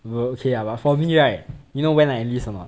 okay ah but for me right you know when I enlist or not